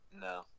No